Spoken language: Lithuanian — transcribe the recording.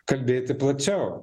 kalbėti plačiau